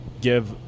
give